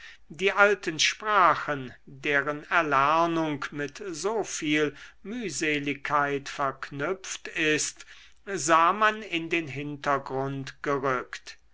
die alten sprachen deren erlernung mit so viel mühseligkeit verknüpft ist sah man in den hintergrund gerückt